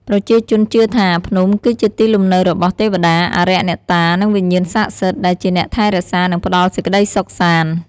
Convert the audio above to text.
ប្រជាជនជឿថា ភ្នំគឺជាទីលំនៅរបស់ ទេវតា អារក្សអ្នកតា និង វិញ្ញាណស័ក្តិសិទ្ធិ ដែលជាអ្នកថែរក្សានិងផ្តល់សេចក្តីសុខសាន្ត។